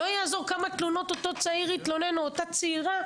לא יעזור כמה תלונות אותו צעיר יתלונן או אותה צעירה.